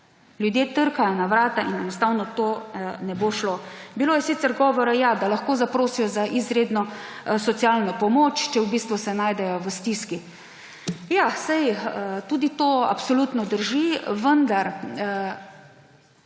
ljudje trkajo na vrata in enostavno to ne bo šlo. Bilo je sicer govora, da lahko zaprosijo za izredno socialno pomoč, če se najdejo v stiski. Ja, saj tudi to absolutno drži, vendar